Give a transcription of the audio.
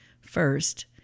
first